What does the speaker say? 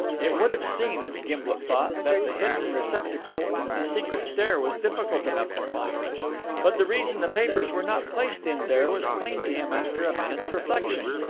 it would have seemed, gimblet thought, that the hidden receptacle in the secret stair was difficult enough to find but the reason the papers were not placed in there was plain to him after a minute's reflection.